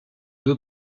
deux